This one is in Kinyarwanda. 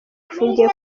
afungiye